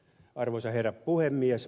arvoisa herra puhemies